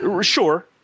sure